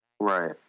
Right